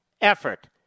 effort